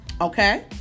Okay